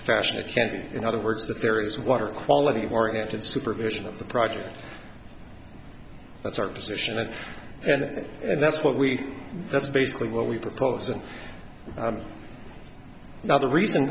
fashion it can in other words that there is water quality oriented supervision of the project that's our position and and that's what we that's basically what we propose and now the reason